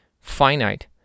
finite